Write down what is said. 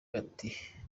ati